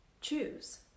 choose